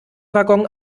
waggon